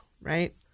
right